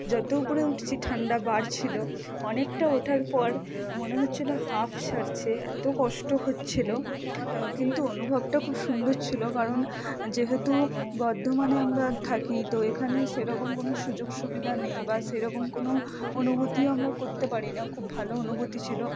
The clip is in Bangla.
যত উপরে উঠছি ঠান্ডা বাড়ছিল অনেকটা ওঠার পর মনে হচ্ছিল হাঁফ ছাড়ছে এত কষ্ট হচ্ছিল কিন্তু অনুভবটা খুব সুন্দর ছিল কারণ যেহেতু বর্ধমানে আমরা থাকি তো এখানে সেরকম কোন সুযোগ সুবিধা নেই বা সেরকম কোন অনুভূতিও আমরা করতে পারি না খুব ভালো অনুভূতি ছিল